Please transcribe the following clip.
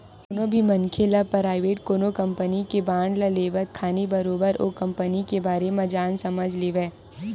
कोनो भी मनखे ल पराइवेट कोनो कंपनी के बांड ल लेवत खानी बरोबर ओ कंपनी के बारे म जान समझ लेवय